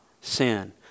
sin